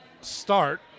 start